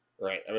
Right